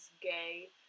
gay